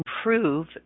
improve